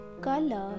color